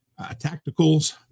Tacticals